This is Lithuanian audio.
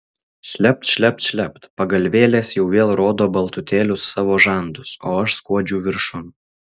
šlept šlept šlept pagalvėlės jau vėl rodo baltutėlius savo žandus o aš skuodžiu viršun